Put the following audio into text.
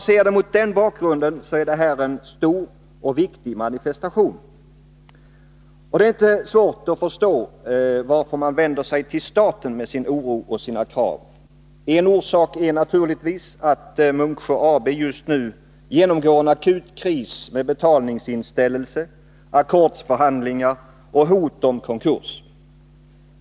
Sett mot den bakgrunden är detta en stor och viktig manifestation. Och det är inte svårt att förstå varför man vänder sig till staten med sin oro och sina krav. En orsak är naturligtvis att Munksjö AB just nu genomgår en akut kris med betalningsinställelse, ackordsförhandlingar och hot om konkurs.